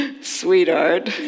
sweetheart